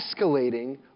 escalating